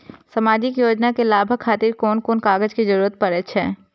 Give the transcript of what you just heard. सामाजिक योजना के लाभक खातिर कोन कोन कागज के जरुरत परै छै?